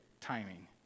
timing